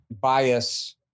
bias